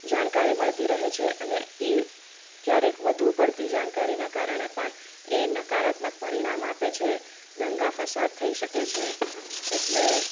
જાણકારી મળતી રહે છે અને એ ક્યારેક વધુ પડતી જાણકારીના કારણે પણ એ નકારાત્મક પરિણામ આપે છે દંગા ફસાદ થઈ શકે છે એટલે